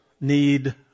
need